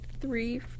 three